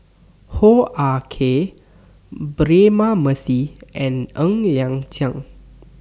Hoo Ah Kay Braema Mathi and Ng Liang Chiang